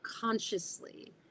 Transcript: consciously